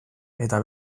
eta